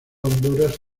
honduras